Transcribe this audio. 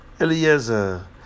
Eliezer